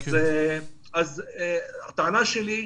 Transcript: הטענה שלי,